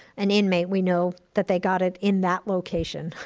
an in-mate, we know that they got it in that location.